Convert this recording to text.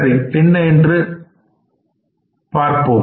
சரி என்ன படம் என்று பார்ப்போம்